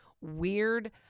weird